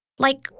like,